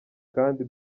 kandi